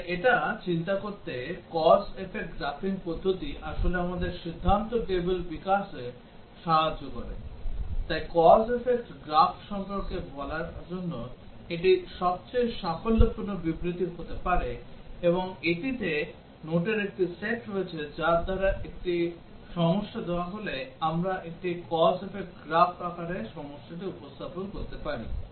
তাই এটা চিন্তা করতে cause effect গ্রাফিং পদ্ধতি আসলে আমাদের সিদ্ধান্ত টেবিল বিকাশে সাহায্য করে তাই cause effect গ্রাফ সম্পর্কে বলার জন্য এটি সবচেয়ে সাফল্যপূর্ণ বিবৃতি হতে পারে এটিতে নোটের একটি সেট রয়েছে যার দ্বারা একটি সমস্যা দেওয়া হলে আমরা একটি cause effect গ্রাফ আকারে সমস্যাটি উপস্থাপন করতে পারি